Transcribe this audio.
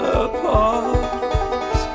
apart